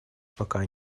пока